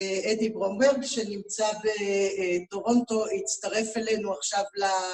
אדי ברומברג שנמצא בטורונטו, הצטרף אלינו עכשיו ל...